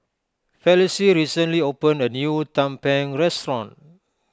Felicie recently opened a new Tumpeng restaurant